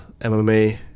MMA